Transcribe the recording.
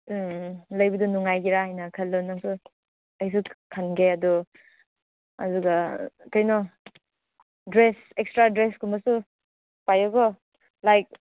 ꯎꯝ ꯂꯩꯕꯗꯨ ꯅꯨꯡꯉꯥꯏꯒꯦꯔꯥ ꯍꯥꯏꯅ ꯈꯜꯂꯣ ꯅꯪꯁꯨ ꯑꯩꯁꯨ ꯈꯟꯒꯦ ꯑꯗꯨ ꯑꯗꯨꯒ ꯀꯩꯅꯣ ꯗ꯭ꯔꯦꯁ ꯑꯦꯛꯁꯇ꯭ꯔꯥ ꯗ꯭ꯔꯦꯁꯀꯨꯝꯕꯁꯨ ꯄꯥꯏꯌꯨꯀꯣ ꯂꯥꯏꯛ